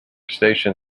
station